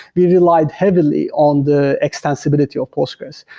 we relied heavily on the extensibility of postgres.